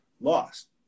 lost